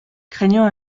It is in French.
craignant